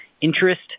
Interest